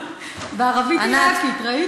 (אומרת דברים בשפה הערבית) בערבית עיראקית, ראית?